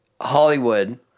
Hollywood